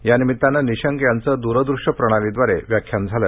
यानिमिताने निशंक यांचं द्रदृश्यप्रणालीदवारे व्याख्यान झालं